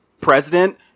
president